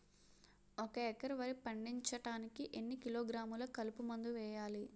ఒక ఎకర వరి పండించటానికి ఎన్ని కిలోగ్రాములు కలుపు మందు వేయాలి?